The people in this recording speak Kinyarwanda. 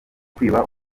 kwiba